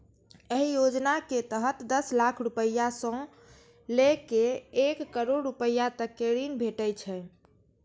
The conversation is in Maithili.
एहि योजना के तहत दस लाख रुपैया सं लए कए एक करोड़ रुपैया तक के ऋण भेटै छै